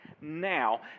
now